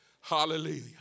Hallelujah